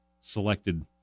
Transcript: selected